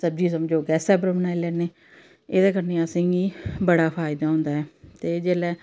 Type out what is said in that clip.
सब्जी समझो गैसे उप्पर बनाई लैन्ने एह्दे कन्नै असेंगी बडा फायदा होंदा ऐ ते जिसलै